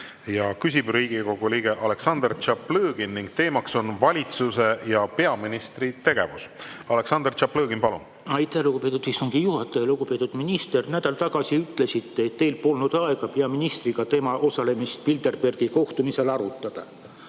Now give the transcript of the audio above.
Küsib Riigikogu liige Aleksandr Tšaplõgin ning teema on valitsuse ja peaministri tegevus. Aleksandr Tšaplõgin, palun! Aitäh, lugupeetud istungi juhataja! Lugupeetud minister! Nädal tagasi ütlesite, et teil pole olnud aega peaministriga tema osalemist Bilderbergi kohtumisel arutada.